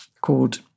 called